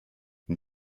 you